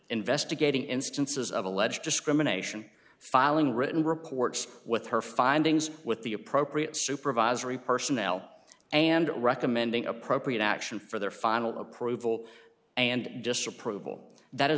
investigating instances of alleged discrimination filing written reports with her findings with the appropriate supervisory personnel and recommending appropriate action for their final approval and disapproval that is